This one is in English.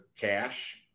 cash